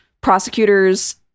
prosecutors